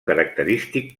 característic